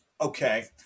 Okay